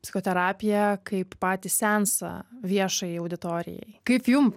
psichoterapiją kaip patį seansą viešai auditorijai kaip jum